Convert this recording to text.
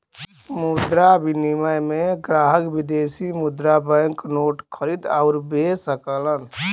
मुद्रा विनिमय में ग्राहक विदेशी मुद्रा बैंक नोट खरीद आउर बे सकलन